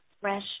fresh